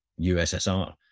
USSR